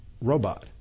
robot